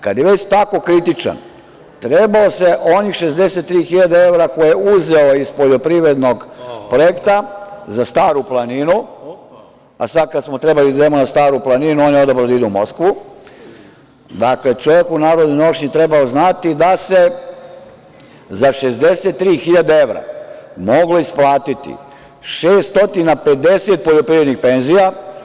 Kada je već tako kritičan, treba onih 63.000 evra koje je uzeo iz poljoprivrednog projekta za Staru planinu, a sada kada smo trebali da idemo na Staru planinu on je odabrao da ide u Moskvu, dakle, čovek u narodnoj nošnji trebao je znati da se za 63.000 evra moglo isplatiti 650 poljoprivrednih penzija.